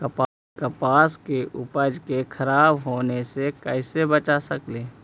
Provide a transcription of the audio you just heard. कपास के उपज के खराब होने से कैसे बचा सकेली?